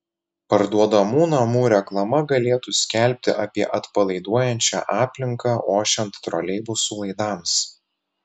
parduodamų namų reklama galėtų skelbti apie atpalaiduojančią aplinką ošiant troleibusų laidams